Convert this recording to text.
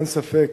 אין ספק